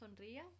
sonría